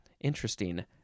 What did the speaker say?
interesting